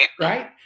right